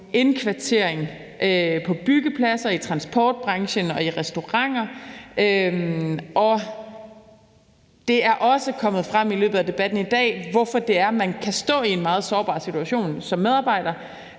indkvartering på byggepladser, i transportbranchen og i restauranter, og det er også kommet frem i løbet af debatten i dag, hvorfor man kan stå i en meget sårbar situation som medarbejder,